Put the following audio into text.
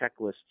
checklists